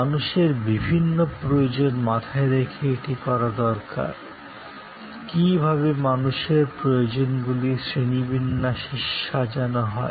মানুষের বিভিন্ন প্রয়োজন মাথায় রেখে এটি করা দরকার কী ভাবে মানুষের প্রয়োজনগুলি শ্রেণিবিন্যাসে সাজানো হয়